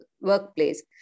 workplace